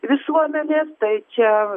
visuomenės tai čia